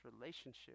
relationship